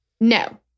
no